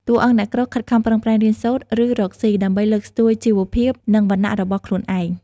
តួអង្គអ្នកក្រខិតខំប្រឹងប្រែងរៀនសូត្រ ឬរកស៊ី ដើម្បីលើកស្ទួយជីវភាព និងវណ្ណៈរបស់ខ្លួនឯង។